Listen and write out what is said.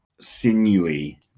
sinewy